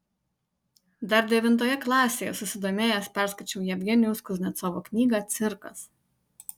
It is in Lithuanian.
dar devintoje klasėje susidomėjęs perskaičiau jevgenijaus kuznecovo knygą cirkas